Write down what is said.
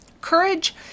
Courage